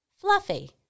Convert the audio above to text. fluffy